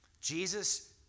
Jesus